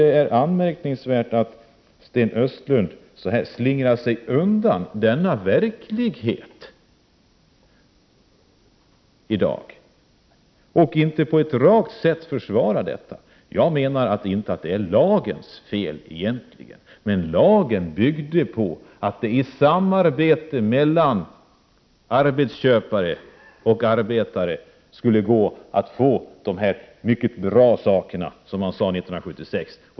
Det är anmärkningsvärt att Sten Östlund slingrar sig undan denna verklighet i dag och inte på ett rakt sätt försvarar detta. Jag menar inte att det är lagens fel, men lagen byggde på att arbetsköpare och arbetare i samarbete skulle kunna få fram dessa mycket bra saker, som det talades om 1976.